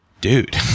dude